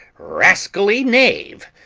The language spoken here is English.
rascally knave.